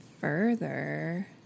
further